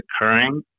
occurring